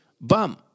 bum